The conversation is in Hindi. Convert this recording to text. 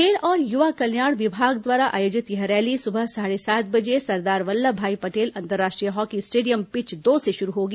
खेल और युवा कल्याण विभाग द्वारा आयोजित यह रैली सुबह साढ़े सात बजे सरदार वल्लभभाई पटेल अंतर्राष्ट्रीय हॉकी स्टेडियम पिच दो से शुरू होगी